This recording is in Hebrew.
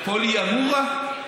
פוליאמוריה?